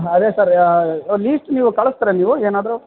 ಅದೇ sir list ನೀವು ಕಳಿಸ್ತ್ರ ನೀವು ಏನಾದರೂ